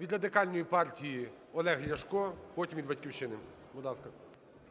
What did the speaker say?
Від Радикальної партії Олег Ляшко, потім від "Батьківщини". Будь ласка.